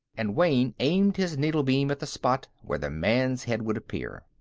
and wayne aimed his needle-beam at the spot where the man's head would appear.